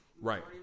Right